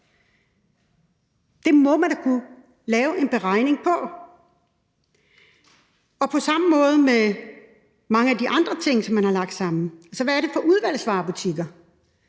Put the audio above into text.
Det må man da kunne lave en beregning på. På samme måde er det med mange af de andre ting, som man har lagt sammen. Altså, hvad er det for udvalgsvarebutikker?